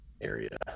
area